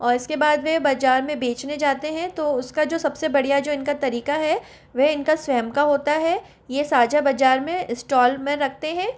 और इसके बाद वे बजार में बेचने जाते हैं तो उसका जो सबसे बढ़िया जो इनका तरीका है वह इनका स्वयं का होता है ये साझा बजार में स्टॉल में रखते हैं